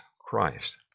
Christ